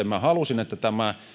minä halusin että tämä